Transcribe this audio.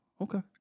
Okay